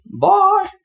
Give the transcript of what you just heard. Bye